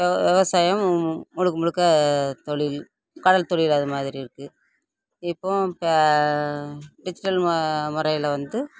வெ விவசாயம் முழுக்க முழுக்க தொழில் கடல் தொழில் அது மாதிரி இருக்குது இப்போது பா டிஜிட்டல் மொ முறையில வந்து